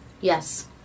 Yes